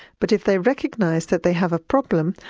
but if they recognise that they have a problem,